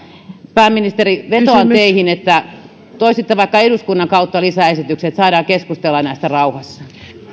pääministeri vetoan teihin että toisitte vaikka eduskunnan kautta lisäesityksen niin että saadaan keskustella näistä rauhassa